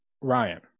Ryan